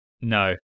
No